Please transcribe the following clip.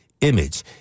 image